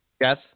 Yes